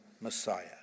Messiah